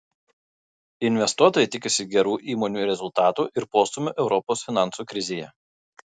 investuotojai tikisi gerų įmonių rezultatų ir postūmio europos finansų krizėje